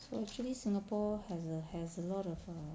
so actually singapore has a has a lot of err